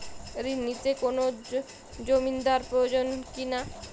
ঋণ নিতে কোনো জমিন্দার প্রয়োজন কি না?